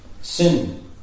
sin